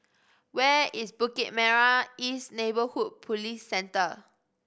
where is Bukit Merah East Neighbourhood Police Centre